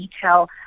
detail